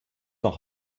nach